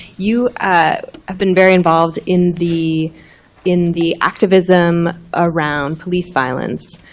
you have been very involved in the in the activism around police violence.